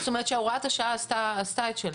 זאת אומרת שהוראת השעה עשתה את שלה.